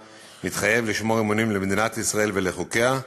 מתחייב לשמור אמונים למדינת ישראל ולחוקיה,